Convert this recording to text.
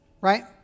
right